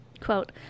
quote